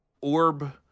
orb